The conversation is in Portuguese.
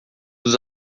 dos